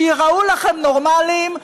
שייראו לכם נורמליים,